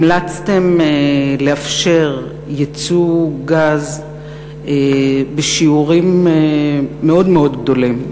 המלצתם לאפשר ייצוא גז בשיעורים מאוד מאוד גדולים,